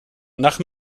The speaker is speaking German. nach